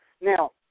now